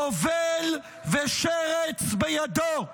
"טובל ושרץ בידו".